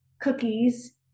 cookies